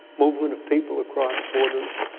movement of people across borders,